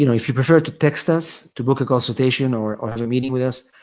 you know if you prefer to text us, to book a consultation or or have a meeting with us,